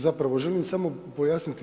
Zapravo, želim samo pojasniti.